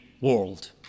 world